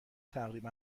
تقریبا